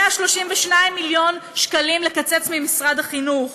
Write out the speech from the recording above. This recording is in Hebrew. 132 מיליון ש"ח לקצץ ממשרד החינוך,